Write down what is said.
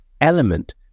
element